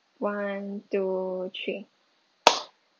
one two three